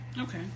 Okay